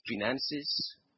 finances